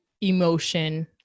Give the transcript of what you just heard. emotion